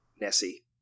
Nessie